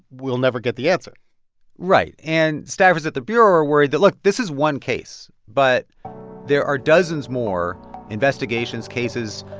we'll never get the answer right. and staffers at the bureau are worried that, look, this is one case. but there are dozens more investigations, cases,